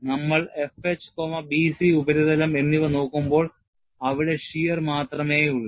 നമ്മൾ FH BC ഉപരിതലം എന്നിവ നോക്കുമ്പോൾഅവിടെshear മാത്രമേയുള്ളൂ